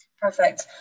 perfect